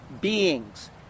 beings